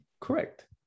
Correct